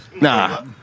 Nah